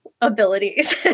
abilities